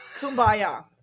Kumbaya